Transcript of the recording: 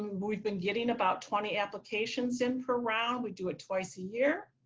we've been getting about twenty applications in per round we do it twice a year.